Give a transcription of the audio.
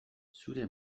zure